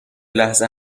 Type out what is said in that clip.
لحظه